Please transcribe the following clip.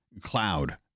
cloud